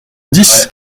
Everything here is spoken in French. dix